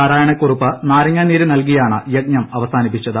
നാരായണക്കൂറുപ്പ് നാരാങ്ങാനീര് നൽകിയാണ് യജ്ഞം അവസാനിപ്പിച്ചത്